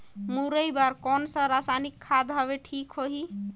मुरई बार कोन सा रसायनिक खाद हवे ठीक होही?